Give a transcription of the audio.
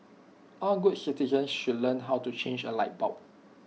all good citizen should learn how to change A light bulb